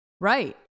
Right